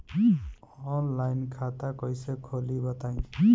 Online खाता कइसे खोली बताई?